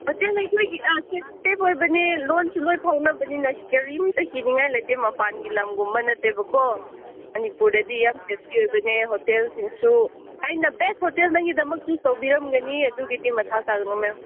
hotel ꯑꯩꯈꯣꯏꯒꯤ ꯑꯥ safe ꯑꯣꯏꯕꯅꯦ ꯂꯣꯟꯁꯨ ꯂꯣꯏꯅ ꯐꯥꯎꯅꯕꯅꯤꯅ ꯀꯔꯤꯝꯇ ꯀꯤꯅꯤꯡꯉꯥꯏ ꯂꯩꯇꯦ ꯃꯄꯥꯟꯒꯤ ꯂꯝꯒꯨꯝꯕ ꯅꯠꯇꯦꯕꯀꯣ ꯃꯅꯤꯄꯨꯔꯗꯗꯤ ꯌꯥꯝ ꯁꯦꯐꯇꯤ ꯑꯣꯏꯕꯅꯦ ꯍꯣꯇꯦꯜꯁꯤꯡꯁꯨ ꯑꯩꯅ ꯕꯦꯁ ꯍꯣꯇꯦꯜ ꯅꯪꯒꯤꯗꯃꯛ ꯆꯨꯁ ꯇꯧꯕꯤꯔꯝꯒꯅꯤ ꯑꯗꯨꯒꯤꯗꯤ ꯃꯊꯥ ꯁꯥꯒꯅꯨ ꯃꯦꯝ